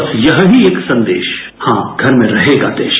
हां ये ही एक संदेश हा घर में रहेगा देश